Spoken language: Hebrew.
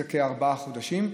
זה כארבעה חודשים,